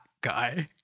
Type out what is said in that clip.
guy